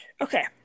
Okay